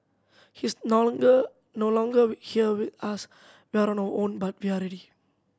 he is no longer no longer here with us we are on our own but we are ready